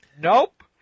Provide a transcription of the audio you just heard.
Nope